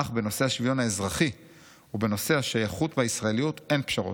"אך בנושא השוויון האזרחי ובנושא השייכות והישראליות אין פשרות.